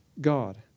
God